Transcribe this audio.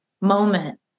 moment